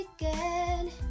again